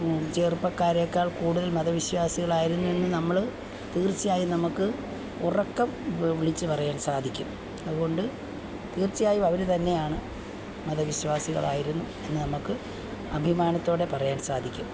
ചെറുപ്പക്കാരേക്കാൾ കൂടുതൽ മതവിശ്വാസികളായിരുന്നു എന്ന് നമ്മൾ തീർച്ചയായും നമുക്ക് ഉറക്കെ വിളിച്ച് പറയാൻ സാധിക്കും അതുകൊണ്ട് തീർച്ചയായും അവരുതന്നെയാണ് മതവിശ്വാസികളായിരുന്നു എന്ന് നമുക്ക് അഭിമാനത്തോടെ പറയാൻ സാധിക്കും